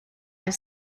have